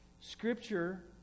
Scripture